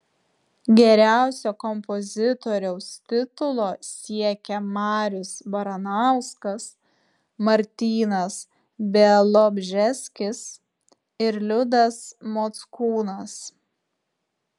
geriausio kompozitoriaus titulo siekia marius baranauskas martynas bialobžeskis ir liudas mockūnas